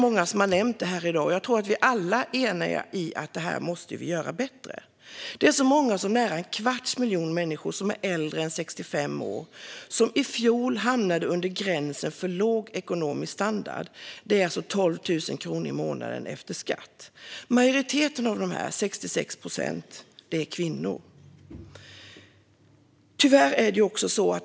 Många har nämnt det här i dag, och jag tror att vi alla är eniga om att vi måste göra detta bättre. Så många som nära en kvarts miljon människor som är äldre än 65 år hamnade i fjol under gränsen för låg ekonomisk standard, alltså 12 000 kronor i månaden efter skatt. Majoriteten, 66 procent, av dessa är kvinnor.